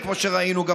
כמו שגם ראינו,